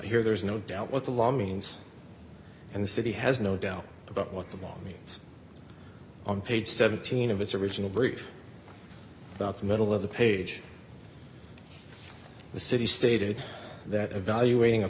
here there's no doubt what the law means and the city has no doubt about what the law means on page seventeen of its original brief about the middle of the page the city stated that evaluating a